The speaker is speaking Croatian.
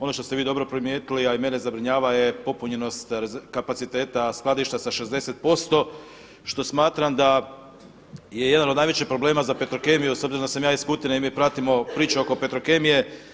Ono što ste vi dobro primijetili, a i mene zabrinjava je popunjenost kapaciteta skladišta sa 60% što smatram da je jedan od najvećih problema za Petrokemiju s obzirom da sam ja iz Kutine i mi pratimo priču oko Petrokemije.